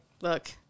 look